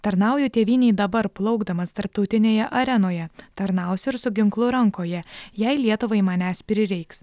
tarnauju tėvynei dabar plaukdamas tarptautinėje arenoje tarnausiu ir su ginklu rankoje jei lietuvai manęs prireiks